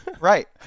Right